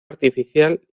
artificial